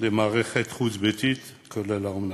למערכת חוץ-ביתית, כולל האומנה.